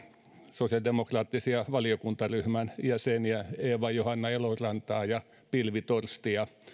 sosiaalidemokraattisia valiokuntaryhmän jäseniä eeva johanna elorantaa ja pilvi torstia